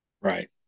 Right